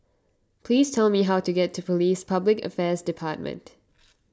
please tell me how to get to Police Public Affairs Department